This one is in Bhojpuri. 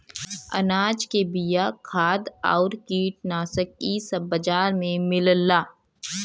अनाज के बिया, खाद आउर कीटनाशक इ सब बाजार में मिलला